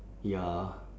ya